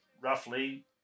roughly